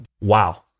Wow